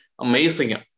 amazing